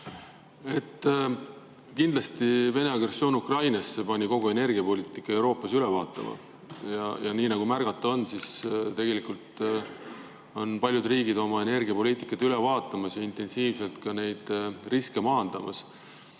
Kindlasti Vene agressioon Ukrainas pani kogu energiapoliitikat Euroopas üle vaatama. Ja nii nagu märgata on, tegelikult on paljud riigid oma energiapoliitikat üle vaatamas ja intensiivselt ka neid riske maandamas.